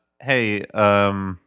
Hey